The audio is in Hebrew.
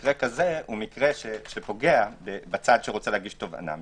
מקרה כזה פוגע בצד שרוצה להגיש תובענה.